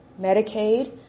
Medicaid